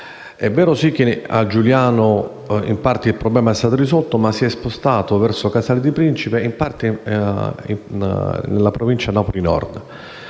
È vero, sì, che a Giugliano in parte il problema è stato risolto, ma si è spostato verso Casal di Principe e, in parte, nella provincia di Napoli Nord.